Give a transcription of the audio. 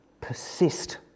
persist